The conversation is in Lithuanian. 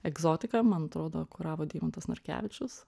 egzotika man atrodo kuravo deimantas narkevičius